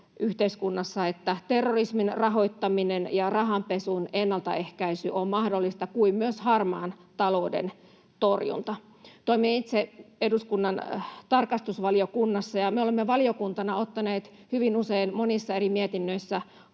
että terrorismin rahoittaminen ja rahanpesun ennaltaehkäisy on mahdollista, kuin myös harmaan talouden torjunta. Toimin itse eduskunnan tarkastusvaliokunnassa, ja me olemme valiokuntana ottaneet hyvin usein, monissa eri mietinnöissä,